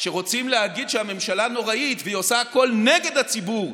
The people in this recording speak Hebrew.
כשרוצים להגיד שהממשלה נוראית ועושה הכול נגד הציבור,